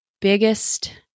biggest